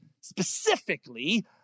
Specifically